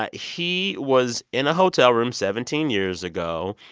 ah he was in a hotel room seventeen years ago,